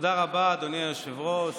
תודה רבה, אדוני היושב-ראש.